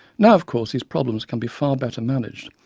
now of course these problems can be far better managed,